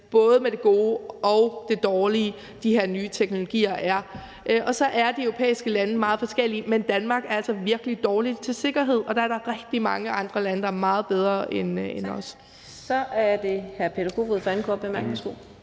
både med det gode og med det dårlige – de her nye teknologier er. De europæiske lande er meget forskellige, ja, men Danmark er altså virkelig dårlig til sikkerhed, og der er der rigtig mange andre lande, der er meget bedre end os. Kl. 15:04 Fjerde næstformand